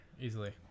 easily